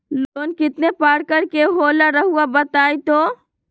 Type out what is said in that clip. Loan कितने पारकर के होला रऊआ बताई तो?